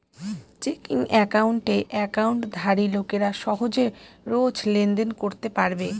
checking একাউণ্টে একাউন্টধারী লোকেরা সহজে রোজ লেনদেন করতে পারবে